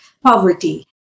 poverty